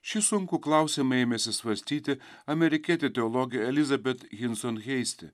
šį sunkų klausimą ėmėsi svarstyti amerikietė teologė elizabet hinson heisti